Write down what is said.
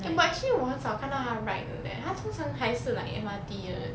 but actually 我很少看到他 ride 的 leh 他通常还是 like M_R_T 的